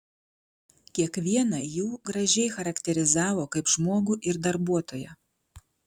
kiekvieną jų gražiai charakterizavo kaip žmogų ir darbuotoją